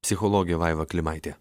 psichologė vaiva klimaitė